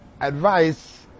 advice